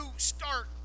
start